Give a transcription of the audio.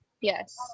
Yes